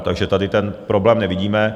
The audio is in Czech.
Takže tady ten problém nevidíme.